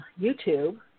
YouTube